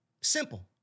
Simple